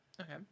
Okay